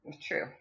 True